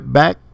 back